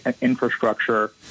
infrastructure